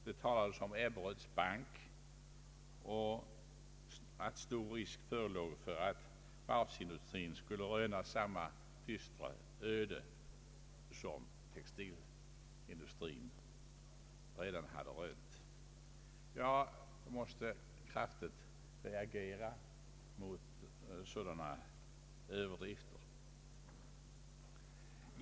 Det talades om Ebberöds bank och att stor risk förelåg för att varvsindustrin skulle röna samma dystra öde som textilindustrin redan hade rönt. Jag måste starkt reagera mot sådana överdrifter.